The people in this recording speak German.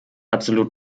absolut